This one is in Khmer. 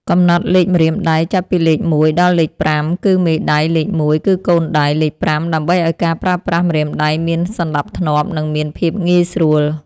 កំណត់លេខម្រាមដៃចាប់ពីលេខមួយដល់លេខប្រាំគឺមេដៃលេខមួយ និងកូនដៃលេខប្រាំដើម្បីឱ្យការប្រើប្រាស់ម្រាមដៃមានសណ្តាប់ធ្នាប់ និងមានភាពងាយស្រួល។